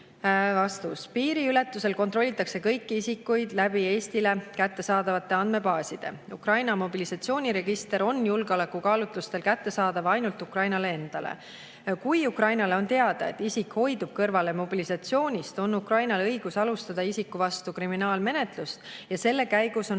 Piiriületusel kontrollitakse kõiki isikuid Eestile kättesaadavate andmebaaside kaudu. Ukraina mobilisatsiooniregister on julgeolekukaalutlustel kättesaadav ainult Ukrainale endale. Kui Ukrainale on teada, et isik hoidub kõrvale mobilisatsioonist, on Ukrainal õigus alustada isiku vastu kriminaalmenetlust ja selle käigus on